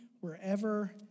wherever